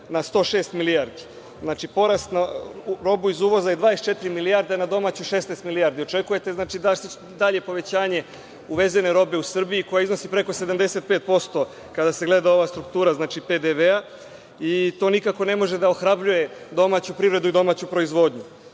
na 106 milijardi. Znači, porast na robu iz uvoza je 24 milijarde, a na domaću 16 milijardi. Očekujete dalje povećanje uvezene robe u Srbiji koja iznosi preko 75%, kada se gleda ova struktura PDV-a. To nikako ne može da ohrabruje domaću privredu i domaću proizvodnju.